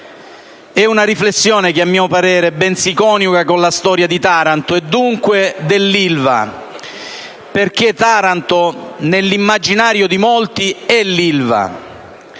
È una riflessione che, a mio parere, ben si coniuga con la storia di Taranto e, dunque, dell'Ilva. Perché Taranto, nell'immaginario di molti, è l'Ilva.